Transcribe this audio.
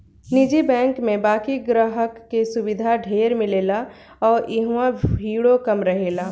निजी बैंक में बाकि ग्राहक के सुविधा ढेर मिलेला आ इहवा भीड़ो कम रहेला